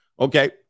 Okay